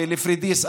בפוריידיס,